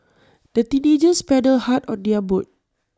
the teenagers paddled hard on their boat